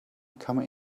come